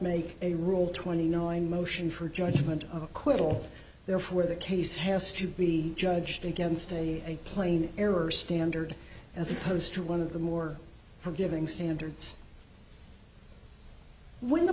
make a rule twenty nine motion for judgment of acquittal therefore the case has to be judged against a plain error standard as opposed to one of the more forgiving standards when the